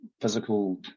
physical